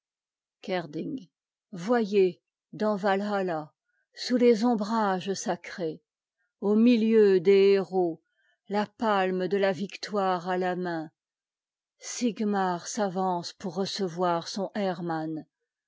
voyez dans walhalla sous les ombrages sacrés au milieu des héros la'palmé de la vica toire à la main siëgmar s'avance pour recevoir son